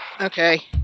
okay